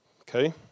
Okay